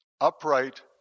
upright